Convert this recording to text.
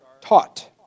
taught